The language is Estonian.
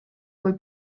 kui